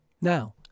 Now